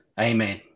amen